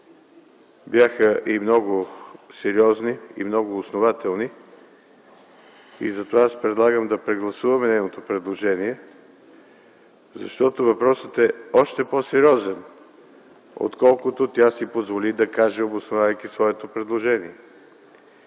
бяха и много сериозни, и много основателни. Затова аз предлагам да прегласуваме нейното предложение. Въпросът е още по-сериозен, отколкото тя си позволи да каже, обосновавайки своето предложение.